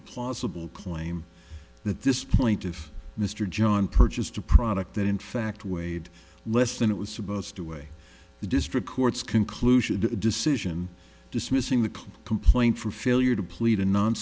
a plausible claim that this point if mr john purchased a product that in fact weighed less than it was supposed to weigh the district court's conclusion to the decision dismissing the complaint for failure to plead a non